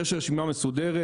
יש רשימה מסודרת,